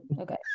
okay